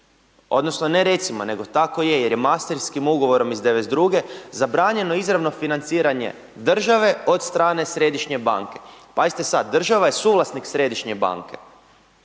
odnosno ne recimo, nego tako je jer je mastritskim ugovorom iz '92. zabranjeno izravno financiranje države od strane središnje banke. Pazite sad, država je suvlasnik središnje banke.